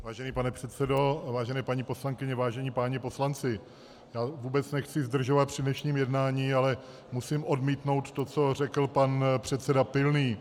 Vážený pane předsedo, vážené paní poslankyně, vážení páni poslanci, já vůbec nechci zdržovat při dnešním jednání, ale musím odmítnout to, co řekl pan předseda Pilný.